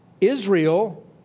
Israel